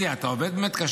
אתה באמת עובד קשה,